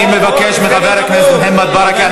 אני מבקש מחבר הכנסת מוחמד ברכה,